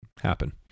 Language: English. happen